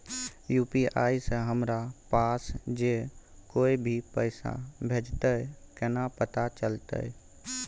UPI से हमरा पास जे कोय भी पैसा भेजतय केना पता चलते?